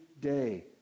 day